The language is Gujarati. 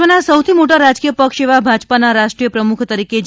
વિશ્વના સૌથી મોટા રાજકીય પક્ષ એવા ભાજપના રાષ્ટ્રીય પ્રમુખ તરીકે જે